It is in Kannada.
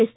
ಎಸ್